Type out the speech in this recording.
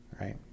right